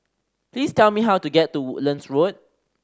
please tell me how to get to Woodlands Road